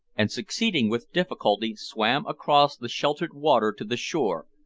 and, succeeding with difficulty, swam across the sheltered water to the shore,